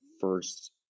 first